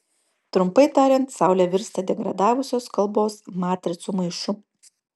trumpai tariant saulė virsta degradavusios kalbos matricų maišu